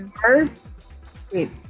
wait